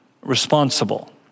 responsible